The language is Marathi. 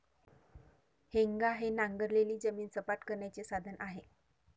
हेंगा हे नांगरलेली जमीन सपाट करण्याचे साधन आहे